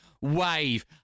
wave